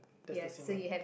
that's the same one